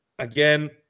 Again